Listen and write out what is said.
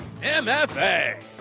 MFA